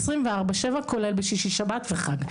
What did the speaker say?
24/7 כולל בשישי-שבת וחג.